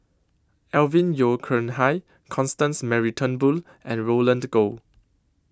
Alvin Yeo Khirn Hai Constance Mary Turnbull and Roland Goh